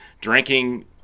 drinking